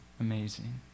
amazing